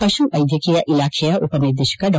ಪಶು ವೈದ್ಧಕೀಯ ಇಲಾಖೆಯ ಉಪನಿರ್ದೇಶಕ ಡಾ